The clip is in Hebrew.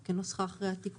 הזאת?